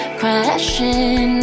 crashing